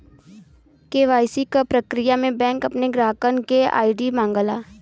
KYC क प्रक्रिया में बैंक अपने ग्राहकन क आई.डी मांगला